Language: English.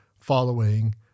following